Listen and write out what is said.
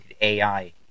AI